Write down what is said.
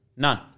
None